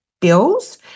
bills